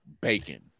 Bacon